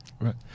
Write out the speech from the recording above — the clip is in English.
Right